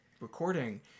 recording